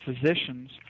physicians